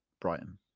Brighton